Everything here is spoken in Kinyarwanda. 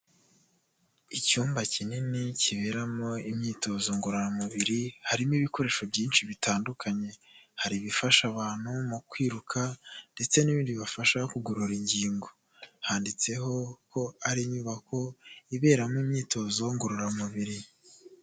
Icyumba kinini kiberamo imyitozo ngororamubiri, harimo ibikoresho byinshi bitandukanye, hari ibifasha abantu mu kwiruka ndetse n'ibindi bibafasha kugorora ingingo handitseho ko ari inyubako iberamo imyitozo ngororamubiri.